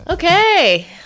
Okay